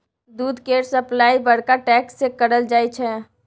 दूध केर सप्लाई बड़का टैंक सँ कएल जाई छै